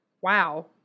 Wow